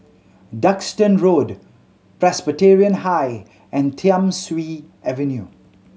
Duxton Road Presbyterian High and Thiam Siew Avenue